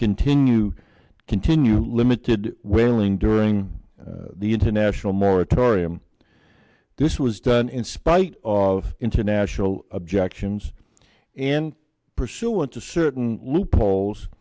continue continue limited whaling during the international moratorium this was done in spite of international objections and pursuant to certain loopholes